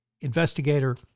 investigator